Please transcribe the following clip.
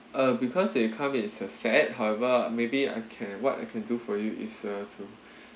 uh because they come in is a set however maybe I can what I can do for you is uh to